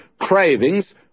cravings